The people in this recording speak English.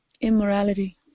Immorality